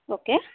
okay